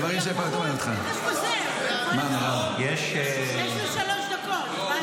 יש לו שלוש דקות.